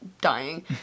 dying